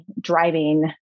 driving